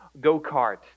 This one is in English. go-kart